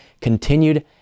continued